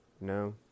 No